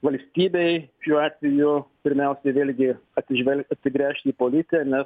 valstybei šiuo atveju pirmiausiai vėlgi atsižvel atsigręžt į policiją nes